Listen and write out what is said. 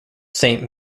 saint